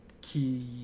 key